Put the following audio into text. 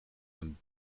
een